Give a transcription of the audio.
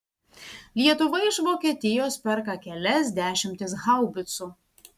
lietuva iš vokietijos perka kelias dešimtis haubicų